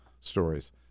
stories